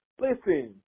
Listen